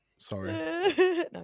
Sorry